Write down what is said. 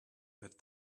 that